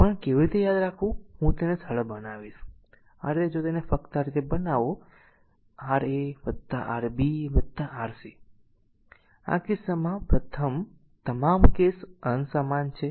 પણ કેવી રીતે યાદ રાખવું હું તેને સરળ બનાવીશ આ રીતે જો તેને ફક્ત આ રીતે બનાવો a a a r a r a a આ કિસ્સામાં તમામ કેસ અંશ સમાન છે